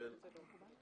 לרבות בשל עברו הפלילי.